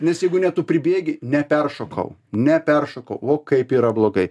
nes jeigu ne tu pribėgi neperšokau neperšokau vo kaip yra blogai